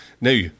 Now